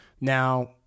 now